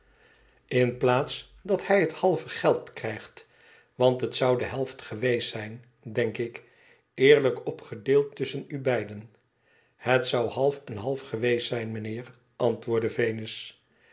hij het halve geld krijgt want het zou de helft geweest zijn denk ik i eerlijk opgedeeld tusschen u beiden f het zott half en half geweest zijn mijnheer antwoordde venus